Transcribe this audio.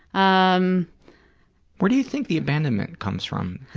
um where do you think the abandonment comes from?